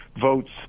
votes